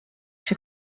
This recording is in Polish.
się